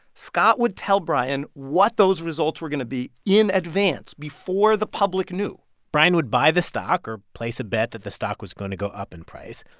scott would tell bryan what those results were going to be in advance, before the public knew bryan would buy the stock or place a bet that the stock was going to go up in price.